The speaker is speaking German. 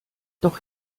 doch